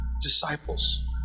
disciples